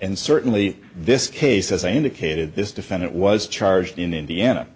and certainly this case as i indicated this defendant was charged in indiana